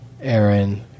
Aaron